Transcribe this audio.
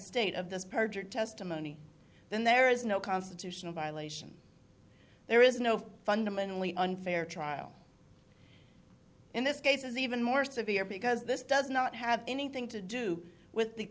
state of this perjured testimony then there is no constitutional violation there is no fundamentally unfair trial in this case is even more severe because this does not have anything to do with the